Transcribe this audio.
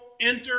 enter